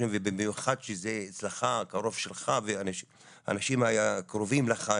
חודשים ובמיוחד כשזה קרוב שלך ואנשים שקרובים אלייך,